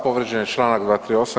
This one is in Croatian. Povrijeđen je članak 238.